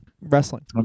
wrestling